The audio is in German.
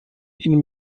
ihnen